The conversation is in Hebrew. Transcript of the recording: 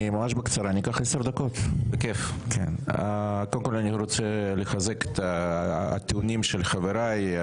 קודם כול, אני רוצה לחזק את הטיעונים של חבריי.